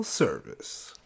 Service